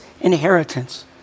inheritance